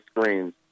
screens